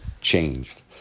changed